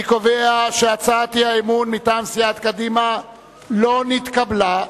2. אני קובע שהצעת האי-אמון מטעם סיעת קדימה לא נתקבלה.